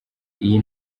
iyi